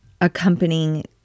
accompanying